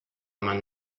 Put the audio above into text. mann